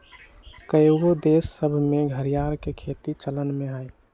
कएगो देश सभ में घरिआर के खेती चलन में हइ